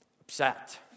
upset